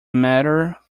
matter